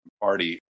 Party